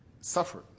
suffered